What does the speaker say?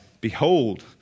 Behold